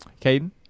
Caden